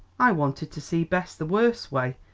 i wanted to see bess the worst way,